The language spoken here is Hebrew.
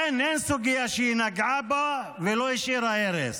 אין סוגיה שהיא נגעה בה ולא השאירה הרס.